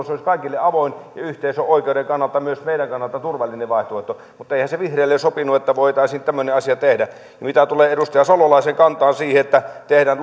se olisi kaikille avoin ja yhteisöoikeuden kannalta myös meidän kannaltamme turvallinen vaihtoehto mutta eihän se vihreille sopinut että voitaisiin tämmöinen asia tehdä mitä tulee edustaja salolaisen kantaan siihen että tehdään